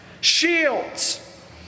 shields